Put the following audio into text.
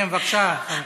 כן, בבקשה.